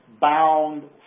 bound